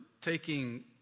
taking